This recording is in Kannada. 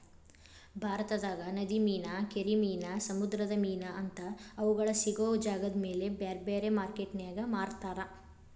ಭಾರತದಾಗ ನದಿ ಮೇನಾ, ಕೆರಿ ಮೇನಾ, ಸಮುದ್ರದ ಮೇನಾ ಅಂತಾ ಅವುಗಳ ಸಿಗೋ ಜಾಗದಮೇಲೆ ಬ್ಯಾರ್ಬ್ಯಾರೇ ಮಾರ್ಕೆಟಿನ್ಯಾಗ ಮಾರ್ತಾರ